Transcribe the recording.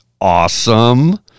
awesome